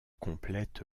complète